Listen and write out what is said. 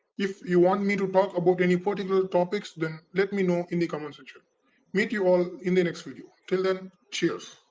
if you want me to talk about any particular topics then let me know in the comment section meet you all in the next video till then. cheers